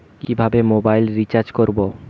কিভাবে mobile recharge করব?